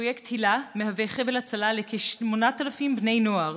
פרויקט היל"ה מהווה חבל הצלה לכ-8,000 בני נוער